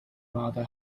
rather